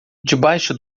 debaixo